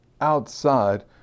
outside